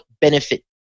benefit